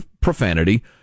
profanity